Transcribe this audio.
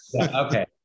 Okay